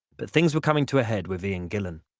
but things were coming to a head with ian gillan.